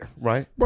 right